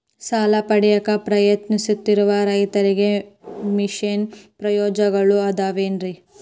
ಸಾಲ ಪಡೆಯಾಕ್ ಪ್ರಯತ್ನಿಸುತ್ತಿರುವ ರೈತರಿಗೆ ವಿಶೇಷ ಪ್ರಯೋಜನಗಳು ಅದಾವೇನ್ರಿ?